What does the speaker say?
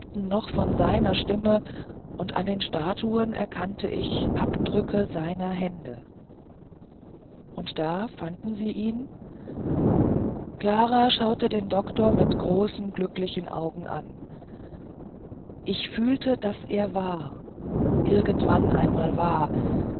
noch von seiner stimme und an den statuen erkannte ich abdrücke seiner hände und da fanden sie ihn klara schaute den doktor mit großen glücklichen augen an ich fühlte daß er war irgendwann einmal war